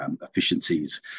efficiencies